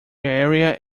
area